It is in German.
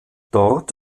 dort